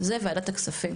זה ועדת הכספים,